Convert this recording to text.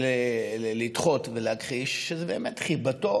לדחות ולהכחיש, וזה באמת חיבתו